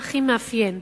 מה הכי מאפיין.